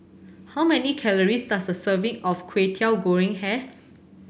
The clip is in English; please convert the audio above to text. how many calories does a serving of Kwetiau Goreng have